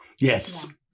Yes